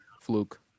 Fluke